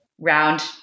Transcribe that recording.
round